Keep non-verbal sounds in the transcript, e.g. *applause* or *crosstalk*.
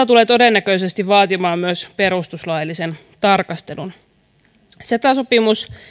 *unintelligible* tulee todennäköisesti vaatimaan myös perustuslaillisen tarkastelun ceta sopimus